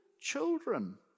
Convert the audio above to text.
children